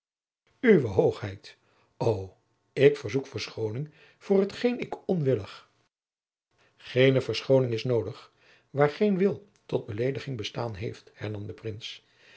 hoogheid o ik verzoek verschooning voor hetgeen ik onwillig geene verschooning is noodig waar geen wil tot belediging bestaan heeft hernam de prins